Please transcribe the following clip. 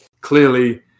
clearly